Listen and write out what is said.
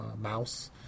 Mouse